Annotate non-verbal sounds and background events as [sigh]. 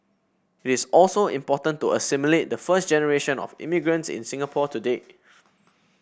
it is also important to assimilate the first generation of immigrants in Singapore today [noise]